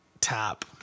tap